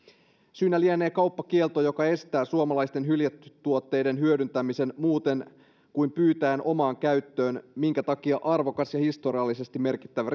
syynä lienee kauppakielto joka estää suomalaisten hyljetuotteiden hyödyntämisen muuten kuin pyytäen omaan käyttöön minkä takia arvokas ja historiallisesti merkittävä